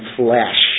flesh